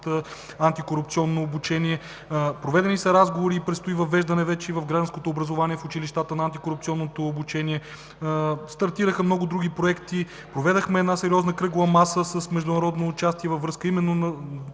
антикорупционно обучение. Проведени са разговори и предстои въвеждане вече и в гражданското образование в училищата на антикорупционното обучение. Стартираха много други проекти. Проведохме една сериозна кръгла маса с международно участие във връзка именно с